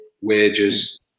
wages